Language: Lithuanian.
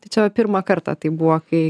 tai čia va pirmą kartą taip buvo kai